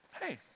Hey